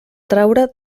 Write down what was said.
traure